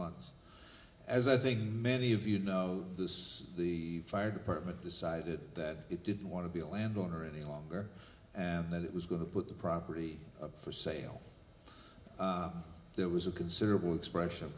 months as i think many of you know this the fire department decided that it didn't want to be a landowner any longer and that it was going to put the property for sale there was a considerable expression